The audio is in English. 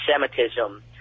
anti-Semitism